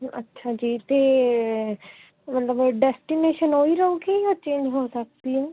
ਅੱਛਾ ਜੀ ਅਤੇ ਮਤਲਬ ਡੈਸਟੀਨੇਸ਼ਨ ਉਹੀ ਰਹੇਗੀ ਜਾਂ ਚੇਂਜ ਹੋ ਸਕਦੀ ਹੈ